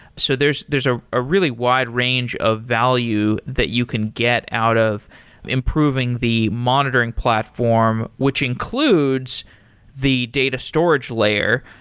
so there's a ah ah really wide range of value that you can get out of improving the monitoring platform, which includes the data storage layer.